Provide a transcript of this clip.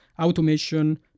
automation